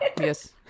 Yes